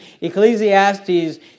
Ecclesiastes